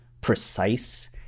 precise